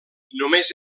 només